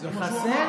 נחסל?